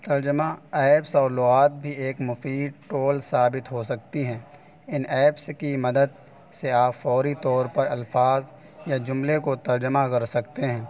ترجمہ ایپس اور لغات بھی ایک مفید ٹول ثابت ہو سکتی ہیں ان اپیس کی مدد سے آپ فوری طور پر الفاظ یا جملے کو ترجمہ کر سکتے ہیں